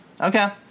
okay